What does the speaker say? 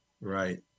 Right